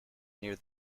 near